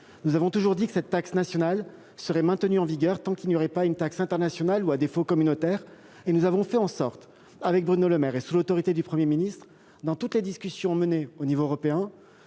Nous avons toujours indiqué que cette taxe nationale serait maintenue en vigueur tant qu'il n'y aurait pas une taxe internationale ou, à défaut, communautaire. Nous avons fait en sorte, avec Bruno Le Maire et sous l'autorité du Premier ministre, dans toutes les discussions menées à l'échelon européen,